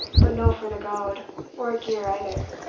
but no for the gowd or gear either.